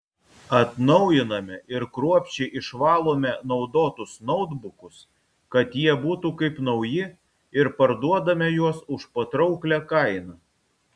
atnaujiname ir kruopščiai išvalome naudotus nautbukus kad jie būtų kaip nauji ir parduodame juos už patrauklią kainą